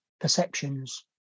perceptions